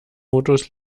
modus